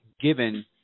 given